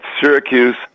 Syracuse